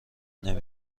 نمی